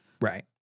Right